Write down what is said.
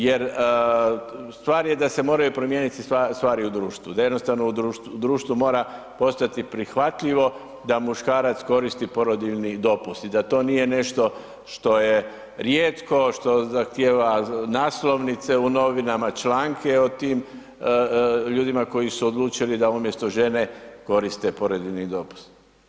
Jer stvar je da se moraju promijeniti stvari u društvu, da jednostavno u društvu mora postojati prihvatljivo da muškarac koristi porodiljni dopust i da to nije nešto što je rijetko, što zahtjeva naslovnice u novinama, članke o tim ljudima koji su odlučili da umjesto žene koriste porodiljni dopust.